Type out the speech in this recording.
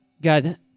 God